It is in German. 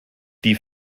die